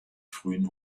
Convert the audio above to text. frühen